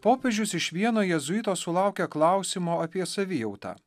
popiežius iš vieno jėzuito sulaukė klausimo apie savijautą